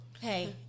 Hey